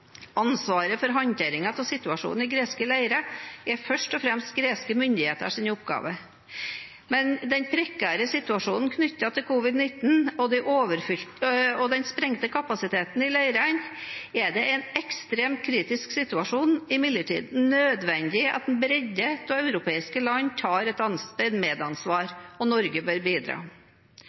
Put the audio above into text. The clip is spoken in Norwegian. Ansvaret for håndteringen av situasjonen i greske leirer er først og fremst greske myndigheters oppgave. Med den prekære situasjonen knyttet til covid-19 og den sprengte kapasiteten i leirene er det i en ekstremt kritisk situasjon imidlertid nødvendig at en bredde av europeiske land tar et medansvar, og Norge bør bidra.